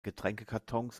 getränkekartons